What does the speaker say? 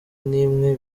n’imwe